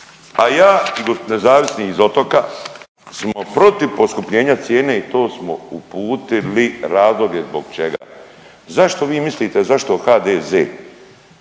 a ja i nezavisni iz Otoka smo protiv poskupljenja cijena i to smo uputili razloge zbog čega, zašto vi mislite zašto HDZ